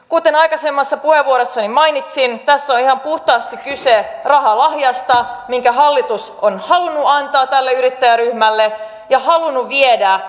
kuten aikaisemmassa puheenvuorossani mainitsin tässä on ihan puhtaasti kyse rahalahjasta minkä hallitus on halunnut antaa tälle yrittäjäryhmälle ja halunnut viedä